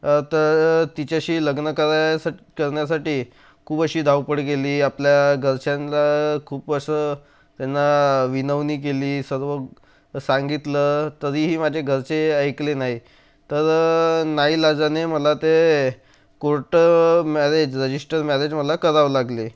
तर तिच्याशी लग्न करायसाट् करण्यासाठी खूप अशी धावपळ केली आपल्या घराच्यान्ला खूप असं त्यांना विनवणी केली सर्व सांगितलं तरीही माझ्या घरचे ऐकले नाही तर नाईलाजाने मला ते कोर्ट मॅरेज रजिस्टर मॅरेज मला करावं लागले